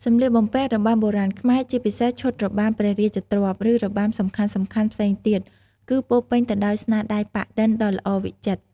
សម្លៀកបំពាក់របាំបុរាណខ្មែរ ជាពិសេសឈុតរបាំព្រះរាជទ្រព្យ ឬរបាំសំខាន់ៗផ្សេងទៀត គឺពោរពេញទៅដោយ ស្នាដៃប៉ាក់-ឌិន ដ៏ល្អវិចិត្រ។